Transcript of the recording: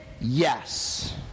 Yes